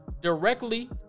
Directly